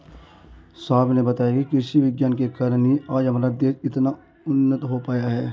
साहब ने बताया कि कृषि विज्ञान के कारण ही आज हमारा देश इतना उन्नत हो पाया है